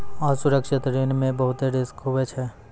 असुरक्षित ऋण मे बहुते रिस्क हुवै छै